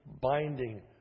binding